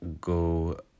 go